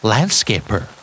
Landscaper